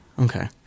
Okay